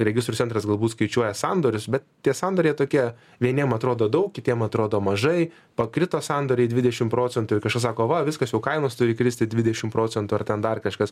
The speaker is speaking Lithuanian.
registrų centras galbūt skaičiuoja sandorius bet tie sandoriai tokie vieniem atrodo daug kitiem atrodo mažai pakrito sandoriai dvidešimt procentų ir kažkas sako va viskas jau kainos turi kristi dvidešimt procentų ar ten dar kažkas